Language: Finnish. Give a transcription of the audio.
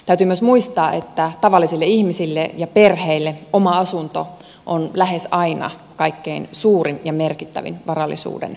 täytyy myös muistaa että tavallisille ihmisille ja perheille oma asunto on lähes aina kaikkein suurin ja merkittävin varallisuuden osa